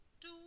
Two